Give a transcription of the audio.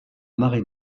marée